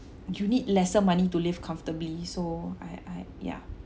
you need lesser money to live comfortably so I I yeah